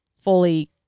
fully